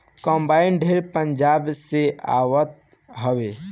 combine ढेर पंजाब से आवत हवे